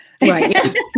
Right